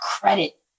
credit